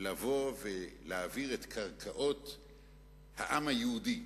לבוא ולהעביר את קרקעות העם היהודי